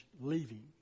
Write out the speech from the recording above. leaving